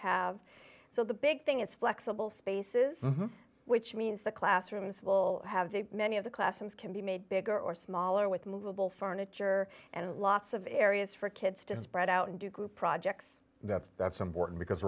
have so the big thing is flexible spaces which means the classrooms will have many of the class as can be made bigger or smaller with movable furniture and lots of areas for kids to spread out and do group projects that's that's important because